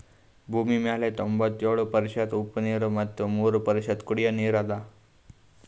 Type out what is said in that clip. ಭೂಮಿಮ್ಯಾಲ್ ತೊಂಬತ್ಯೋಳು ಪ್ರತಿಷತ್ ಉಪ್ಪ್ ನೀರ್ ಮತ್ ಮೂರ್ ಪ್ರತಿಷತ್ ಕುಡಿಯೋ ನೀರ್ ಅದಾ